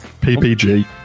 PPG